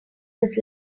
his